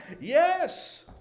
Yes